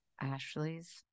Ashley's